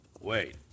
Wait